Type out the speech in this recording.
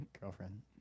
girlfriend